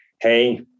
hey